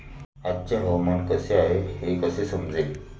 आजचे हवामान कसे आहे हे कसे समजेल?